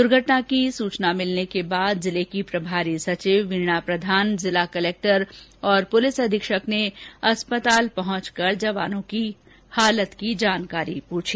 दुर्घटना की सूचना के बाद प्रभारी सचिव वीणा प्रधान जिला कलेक्टर और पुलिस अधीक्षक ने अस्पताल पहुंचकर जवानों की हालत की जानकारी ली